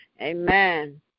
Amen